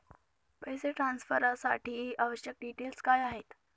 पैसे ट्रान्सफरसाठी आवश्यक डिटेल्स काय आहेत?